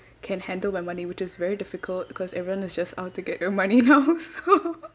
can handle my money which is very difficult because everyone is just out to get your money now so